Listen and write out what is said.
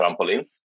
trampolines